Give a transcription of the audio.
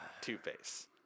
Two-Face